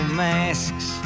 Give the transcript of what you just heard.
masks